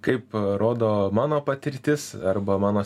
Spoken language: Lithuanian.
kaip rodo mano patirtis arba mano